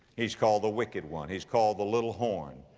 he's called the wicked one. he's called the little horn.